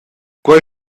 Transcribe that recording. quei